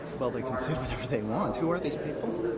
well, they can say whatever they want. who are these people?